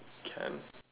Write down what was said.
can